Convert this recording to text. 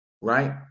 Right